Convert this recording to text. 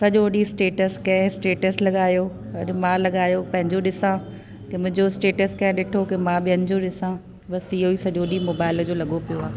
सॼो ॾींहुं स्टेटस कंहिं स्टेटस लॻायो कॾहिं मां लॻायो पंहिंजो ॾिसा की मुंहिंजो स्टेटस कंहिं ॾिठो मां ॿियनि जो ॾिसां बसि इहेई सॼो ॾींहुं मोबाइल जो लॻो पियो आहे